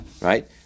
right